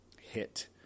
hit